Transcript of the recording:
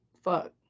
fuck